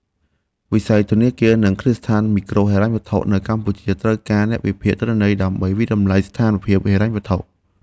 វិស័យធនាគារ និងគ្រឹះស្ថានមីក្រូហិរញ្ញវត្ថុនៅកម្ពុជាត្រូវការអ្នកវិភាគទិន្នន័យដើម្បីវាយតម្លៃស្ថានភាពហិរញ្ញវត្ថុ។